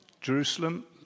Jerusalem